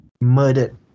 murdered